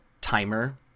timer